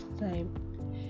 time